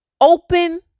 open